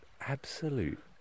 absolute